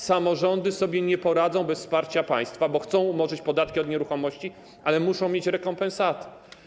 Samorządy sobie nie poradzą bez wsparcia państwa, bo chcą umorzyć podatki od nieruchomości, ale muszą mieć rekompensaty.